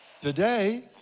Today